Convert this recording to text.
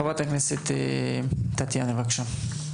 חברת הכנסת טטיאנה מזרסקי, בבקשה.